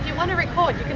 want to record,